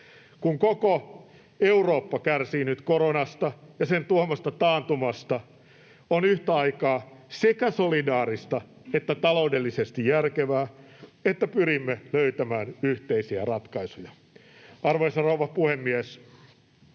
Kun koko Eurooppa kärsii nyt koronasta ja sen tuomasta taantumasta, on yhtä aikaa sekä solidaarista että taloudellisesti järkevää, että pyrimme löytämään yhteisiä ratkaisuja. Arvoisa rouva puhemies!